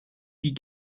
die